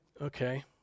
Okay